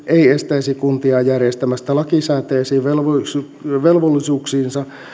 ei estäisi kuntia järjestämästä lakisääteisiin velvollisuuksiinsa